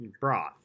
broth